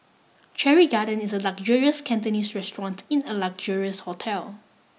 Cherry Garden is a luxurious Cantonese restaurant in a luxurious hotel